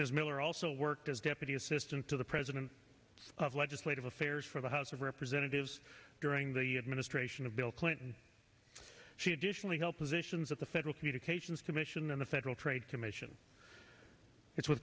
is miller also worked as deputy assistant to the president of legislative affairs for the house of representatives during the administration of bill clinton she additionally helped positions at the federal communications commission and the federal trade commission it was